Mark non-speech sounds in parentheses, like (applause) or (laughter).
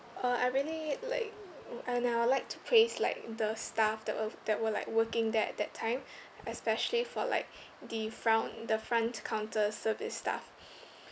uh I really like and I would like to praise like the staff that were that were like working there at that time (breath) especially for like (breath) the frown the front counter service staff (breath)